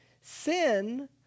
Sin